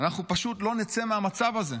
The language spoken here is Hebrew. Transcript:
אנחנו פשוט לא נצא מהמצב הזה.